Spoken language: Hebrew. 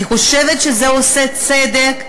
אני חושבת שזה עושה צדק,